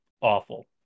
awful